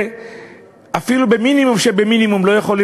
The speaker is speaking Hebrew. אפילו במינימום שבמינימום לא יכולות